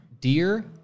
dear